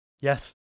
yes